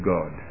God